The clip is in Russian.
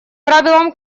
правилом